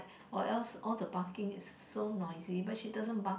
what else all the barking is so noisy but she doesn't bark